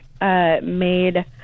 made